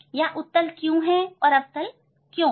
यह अवतल या उत्तल क्यों है